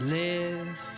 live